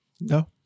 No